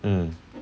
mm